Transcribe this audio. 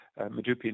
Madupi